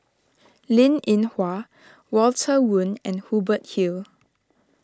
Linn in Hua Walter Woon and Hubert Hill